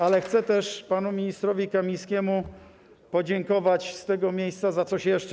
Ale chcę też panu ministrowi Kamińskiemu podziękować z tego miejsca za coś jeszcze.